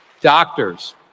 doctors